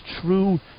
true